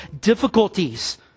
difficulties